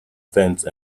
fence